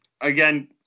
again